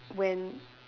when